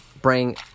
bring